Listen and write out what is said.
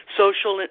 social